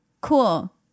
cool